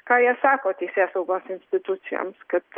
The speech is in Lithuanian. ką jie sako teisėsaugos institucijoms kad